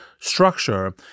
structure